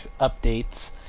updates